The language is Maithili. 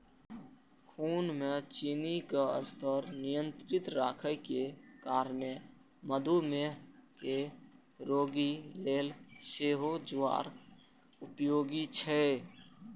खून मे चीनीक स्तर नियंत्रित राखै के कारणें मधुमेह के रोगी लेल सेहो ज्वार उपयोगी छै